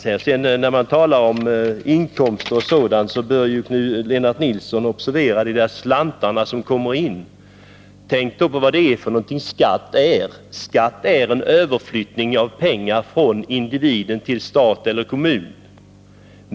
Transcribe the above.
När Lennart Nilsson sedan talar om inkomster från alkoholförsäljningen bör han observera vart de slantar går som kommer in från denna. Tänk då på vad skatt är! Skatt är en överflyttning av pengar från individen till stat och kommun.